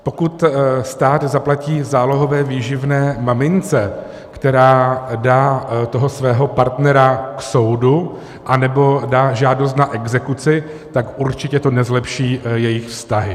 Pokud stát zaplatí zálohové výživné mamince, která dá toho svého partnera k soudu anebo dá žádost na exekuci, tak určitě to nezlepší jejich vztahy.